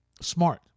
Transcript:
smart